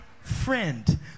friend